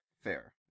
fair